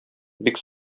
бик